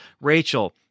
rachel